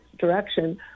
direction